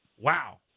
Wow